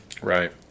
Right